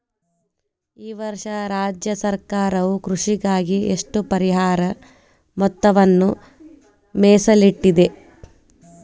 ಈ ವರ್ಷ ರಾಜ್ಯ ಸರ್ಕಾರವು ಕೃಷಿಗಾಗಿ ಎಷ್ಟು ಪರಿಹಾರ ಮೊತ್ತವನ್ನು ಮೇಸಲಿಟ್ಟಿದೆ?